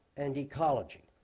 and ecology.